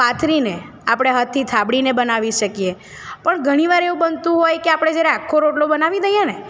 પાથરીને આપણે હાથથી થાબડીને બનાવી શકીએ પણ ઘણી વાર એવું બનતું હોય કે આપણે જ્યારે આખો રોટલો બનાવી દઈએ ને